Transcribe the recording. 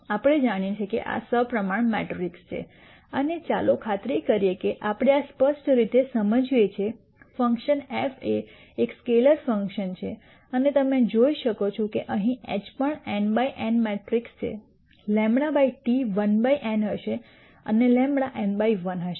આપણે જાણીએ છીએ કે આ સપ્રમાણ મેટ્રિક્સ છે અને ચાલો ખાતરી કરીએ કે આપણે આ સ્પષ્ટ રીતે સમજીએ છીએ ફંક્શન f એ એક સ્કેલેર ફંક્શન છે અને તમે જોઈ શકો છો કે અહીં એચ પણ એન બાય એન મેટ્રિક્સ છે λT 1 બાય એન હશે અને λ એન બાય 1 હશે